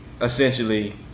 essentially